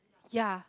ya